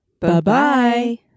Bye-bye